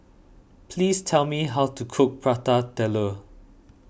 please tell me how to cook Prata Telur